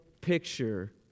picture